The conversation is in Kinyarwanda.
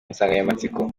nsanganyamatsiko